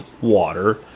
water